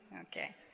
Okay